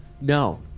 No